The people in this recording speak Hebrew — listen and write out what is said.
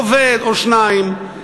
עובד או שניים,